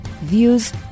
views